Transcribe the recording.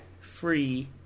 free